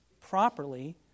properly